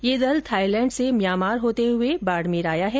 ये दल थाईलैण्ड से म्यांमार होते हुए बाडमेर आया है